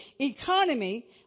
economy